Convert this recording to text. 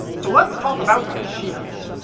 so let's talk about machinery.